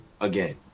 again